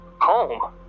Home